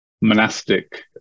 monastic